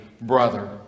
brother